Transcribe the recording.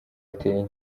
ateye